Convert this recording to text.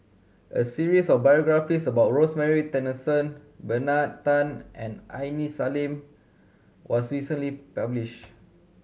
a series of biographies about Rosemary Tessensohn Bernard Tan and Aini Salim was recently published